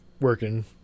working